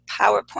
PowerPoint